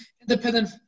independent